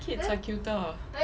kids are cuter